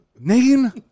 Name